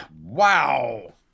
wow